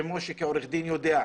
ומשה כעורך דין יודע,